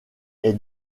est